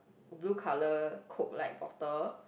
blue color Coke like bottle